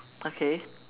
okay